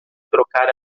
trocar